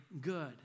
good